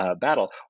battle